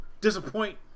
disappoint